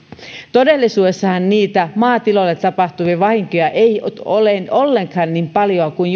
todellisuudessahan niitä maatiloilla tapahtuvia vahinkoja ei ole ollenkaan niin paljoa kuin